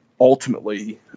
ultimately